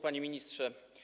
Panie Ministrze!